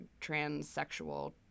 transsexual